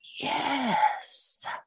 yes